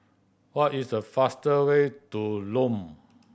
what is the faster way to Lome